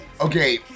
Okay